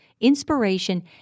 inspiration